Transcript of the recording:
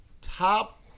Top